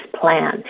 plan